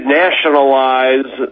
nationalize